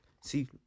see